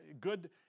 good